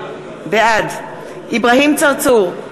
בעד אברהים צרצור,